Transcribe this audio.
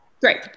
Great